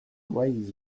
ways